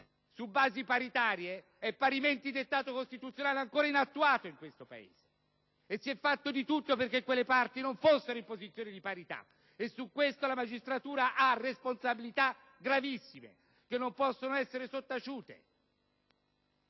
su basi paritarie è ugualmente dettato costituzionale ancora inattuato in questo Paese e si è fatto di tutto perché le parti non fossero in posizioni di parità: su questo la magistratura - lo ripeto - ha responsabilità gravissime, che non possono essere sottaciute.